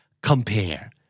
Compare